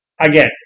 again